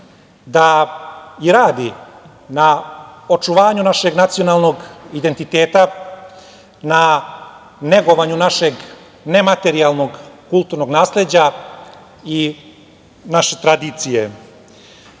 da i radi na očuvanju našeg nacionalnog identiteta, na negovanju našeg nematerijalnog kulturnog nasleđa i naše tradicije. Čuli